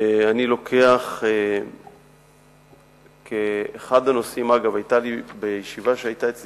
אני לוקח כאחד הנושאים, אגב, בישיבה שהיתה אצלי